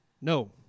No